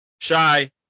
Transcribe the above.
shy